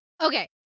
Okay